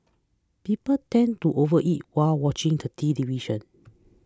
people tend to overeat while watching the television